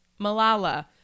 Malala